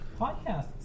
Podcasts